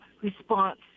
response